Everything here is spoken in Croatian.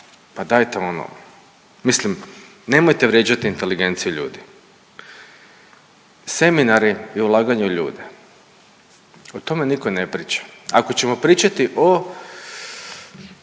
pa dajte ono. Mislim nemojte vrijeđat inteligenciju ljudi. Seminari i ulaganje u ljude, o tome niko ne priča. Ako ćemo pričati o